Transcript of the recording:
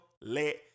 let